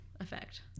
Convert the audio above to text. effect